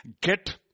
get